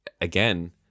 again